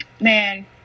man